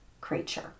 creature